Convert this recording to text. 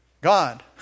God